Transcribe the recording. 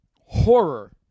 horror